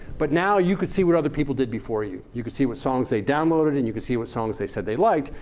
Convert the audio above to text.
but now you could see what other people did before you. you could see what songs they downloaded and you could see what songs they said they liked.